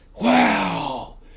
wow